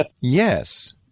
Yes